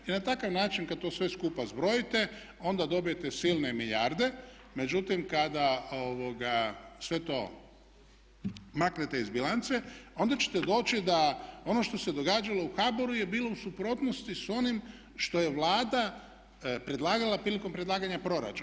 I na takav način kad to sve skupa zbrojite onda dobijete silne milijarde, međutim kada sve to maknete iz bilance onda ćete doći da ono što se događalo u HBOR-u je bilo u suprotnosti s onim što je Vlada predlagala prilikom predlaganja proračuna.